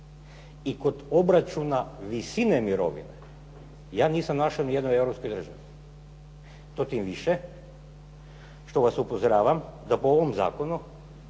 i kod obračuna visine mirovine ja nisam našao niti u jednoj europskoj državi. To tim više što vas upozoravam da po ovom zakonu